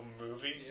movie